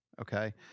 okay –